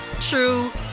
true